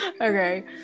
Okay